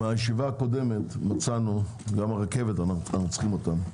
מהישיבה הקודמת מצאנו, גם הרכבת אנו צריכים אותם,